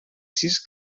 sis